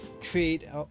trade